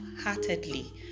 heartedly